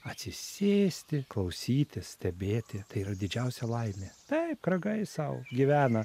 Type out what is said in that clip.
atsisėsti klausytis stebėti tai yra didžiausia laimė taip kragai sau gyvena